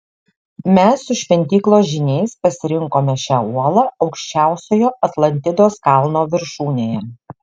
mes su šventyklos žyniais pasirinkome šią uolą aukščiausiojo atlantidos kalno viršūnėje